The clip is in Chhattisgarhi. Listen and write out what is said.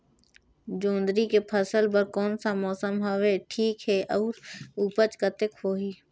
जोंदरी के फसल बर कोन सा मौसम हवे ठीक हे अउर ऊपज कतेक होही?